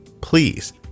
Please